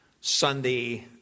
Sunday